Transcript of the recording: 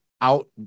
out